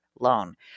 loan